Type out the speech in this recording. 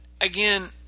Again